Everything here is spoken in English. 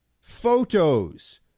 Photos